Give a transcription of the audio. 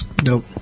Nope